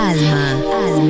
Alma